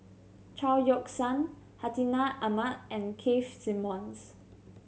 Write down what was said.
Chao Yoke San Hartinah Ahmad and Keith Simmons